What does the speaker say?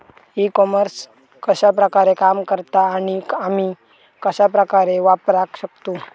E commerce कश्या प्रकारे काम करता आणि आमी कश्या प्रकारे वापराक शकतू?